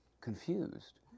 confused